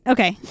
Okay